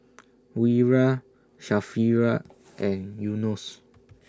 Wira Sharifah and Yunos